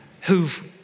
who've